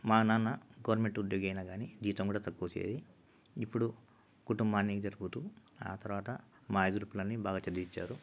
మా నాన్న గవర్నమెంట్ ఉద్యోగి అయినా కాని జీతం కూడా తక్కువ వచ్చేది ఇప్పుడు కుటుంబాన్ని జరుపుతూ ఆ తర్వాత మా ఇద్దరు పిల్లలని బాగా చదివించారు